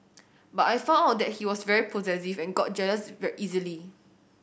but I found out that he was very possessive and got jealous easily